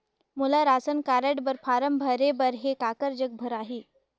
मोला ration card बर form भरे बर हे काकर जग भराही?